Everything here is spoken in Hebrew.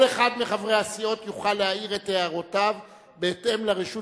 כל אחד מחברי הסיעות יוכל להעיר את הערותיו בהתאם לרשות